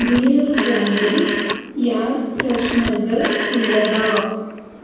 வேறொரு பிராண்டில் ஏர் ஃப்ரெஷ்னர்கள் உள்ளதா